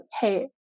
hey